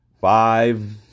five